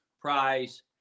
prize